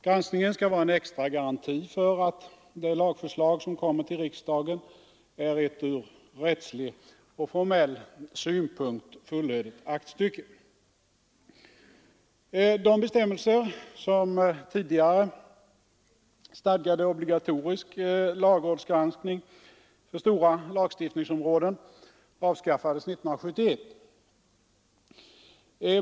Granskningen skall vara en extra garanti för att det lagförslag som kommer till riksdagen är ett från rättslig och formell synpunkt fullödigt aktstycke. De bestämmelser som tidigare stadgade obligatorisk lagrådsgranskning för samtliga lagstiftningsområden avskaffades 1971.